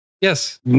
Yes